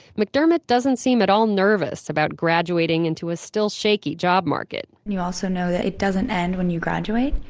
mcdermott doesn't seem at all nervous about graduating into a still shaky job market and you also know that it doesn't end when you graduate,